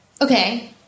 Okay